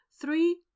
three